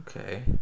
Okay